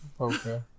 okay